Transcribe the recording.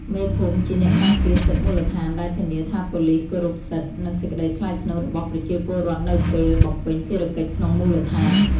មេភូមិជាអ្នកការពារសិទ្ធិមូលដ្ឋានដែលធានាថាប៉ូលីសគោរពសិទ្ធិ និងសេចក្តីថ្លៃថ្នូររបស់ប្រជាពលរដ្ឋនៅពេលបំពេញភារកិច្ចក្នុងមូលដ្ឋាន។